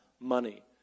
money